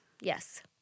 Yes